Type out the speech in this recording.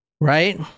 right